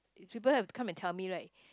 people have to come and tell me like